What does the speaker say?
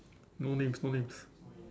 no names no names